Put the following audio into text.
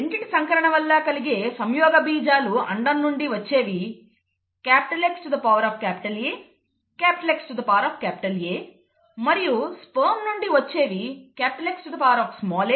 ఈ రెండిటి సంకరణం వలన కలిగే సంయోగబీజాలు అండం నుండి వచ్చేవి XAXA మరియు స్పెర్మ్ నుండి వచ్చేవి XaY అవుతాయి